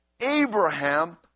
Abraham